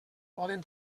poden